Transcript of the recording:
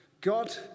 God